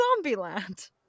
Zombieland